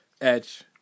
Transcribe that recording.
Edge